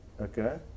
Okay